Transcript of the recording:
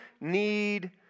need